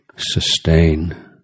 sustain